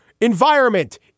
environment